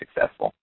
successful